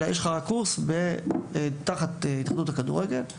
אלא יש לך קורס תחת התאחדות הכדורגל,